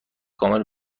کامل